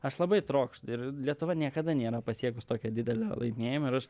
aš labai trokšt ir lietuva niekada nėra pasiekus tokio didelio laimėjimo ir aš